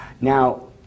Now